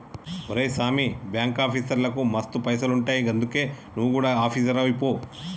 ఒరే సామీ, బాంకాఫీసర్లకు మస్తు సౌలతులుంటయ్ గందుకే నువు గుడ ఆపీసరువైపో